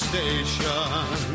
Station